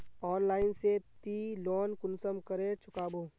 Online से ती loan कुंसम करे चुकाबो?